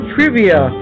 Trivia